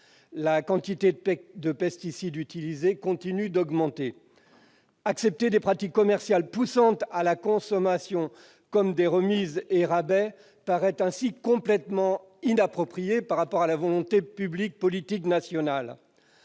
la quantité de pesticides utilisés continue d'augmenter. Accepter des pratiques commerciales poussant à la consommation, comme des remises et des rabais, paraît ainsi complètement inapproprié au regard de la volonté publique politique nationale.